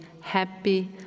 happy